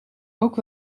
ook